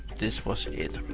this was it,